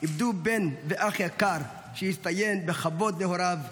איבדו בן ואח יקר שהצטיין בכבוד להוריו,